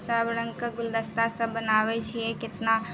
सभ रङ्गके गुलदस्तासभ बनाबैत छियै कितना